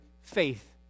faith